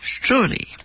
surely